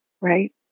right